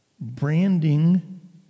Branding